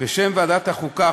בשם ועדת החוקה,